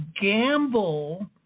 gamble